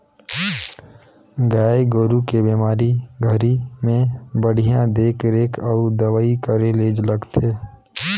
गाय गोरु के बेमारी घरी में बड़िहा देख रेख अउ दवई करे ले लगथे